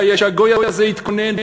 שהגוי הזה התכונן,